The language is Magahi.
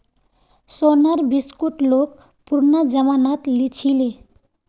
सोनार बिस्कुट लोग पुरना जमानात लीछीले